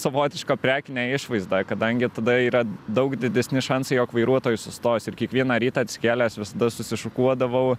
savotišką prekinę išvaizdą kadangi tada yra daug didesni šansai jog vairuotojai sustos ir kiekvieną rytą atsikėlęs visada susišukuodavau